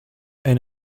and